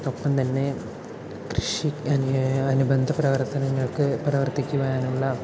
ഒപ്പം തന്നെ കൃഷി അനുബന്ധ പ്രവർത്തനങ്ങൾക്ക് പ്രവർത്തിക്കുവാനുള്ള